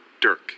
dirk